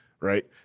right